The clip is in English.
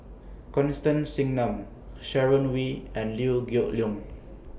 Constance Singam Sharon Wee and Liew Geok Leong